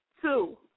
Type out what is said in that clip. two